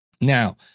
Now